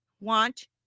want